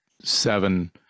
seven